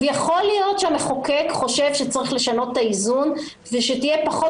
יכול להיות שהמחוקק חושב שצריך לשנות את האיזון ושתהיה פחות